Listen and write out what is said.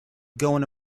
gone